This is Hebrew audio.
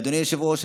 אדוני היושב-ראש,